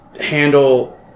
handle